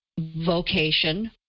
vocation